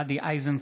גדי איזנקוט,